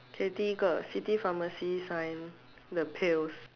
okay 提一个 city pharmacy sign the pills